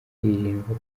hirindwa